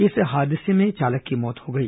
इस हादसे में चालक की मौत हो गई